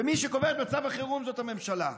ומי שקובע את מצב החירום זאת הממשלה,